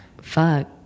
Fuck